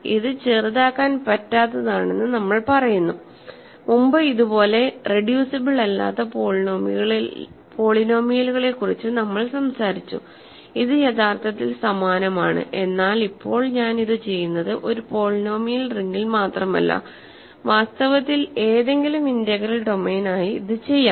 ഇത് ചെറുതാക്കാൻ പറ്റാത്തതാണെന്ന് നമ്മൾ പറയുന്നു മുമ്പ് ഇതുപോലെ റെഡ്യൂസിബിൾ അല്ലാത്ത പോളിനോമിയലുകളെക്കുറിച്ച് നമ്മൾ സംസാരിച്ചു ഇത് യഥാർത്ഥത്തിൽ സമാനമാണ് എന്നാൽ ഇപ്പോൾ ഞാൻ ഇത് ചെയ്യുന്നത് ഒരു പോളിനോമിയൽ റിംഗിൽ മാത്രമല്ല വാസ്തവത്തിൽ ഏതെങ്കിലും ഇന്റഗ്രൽ ഡൊമെയ്നിനായി ഇത് ചെയ്യാം